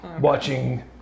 watching